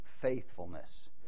faithfulness